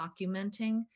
documenting